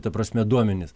ta prasme duomenis